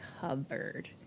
covered